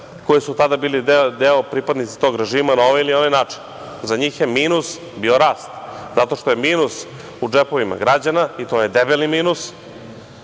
koji su tada bili pripadnici tog režima, na ovaj ili onaj način. Za njih je minus bio rast, zato što je minus u džepovima građana, i to je debeli minus,